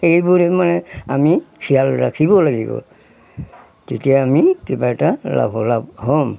সেইবোৰে মানে আমি খিয়াল ৰাখিব লাগিব তেতিয়া আমি কিবা এটা লাভৰ লাভ হ'ম